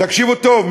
תקשיבו טוב,